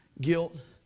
guilt